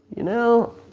you know,